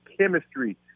chemistry